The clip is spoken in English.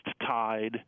tied